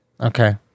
Okay